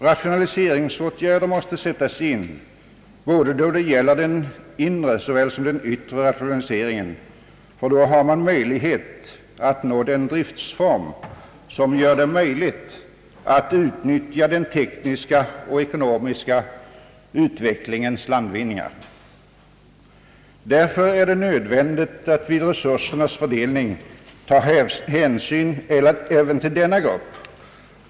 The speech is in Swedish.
Rationaliseringsåtgärder måste komma till stånd, såväl för inre som yttre rationalisering. Då har man möjlighet att nå en driftsform som gör det möjligt att utnyttja den tekniska och ekonomiska utvecklingens landvinningar. Därför är det nödvändigt att vid resursernas fördelning ta hänsyn även till denna grupp.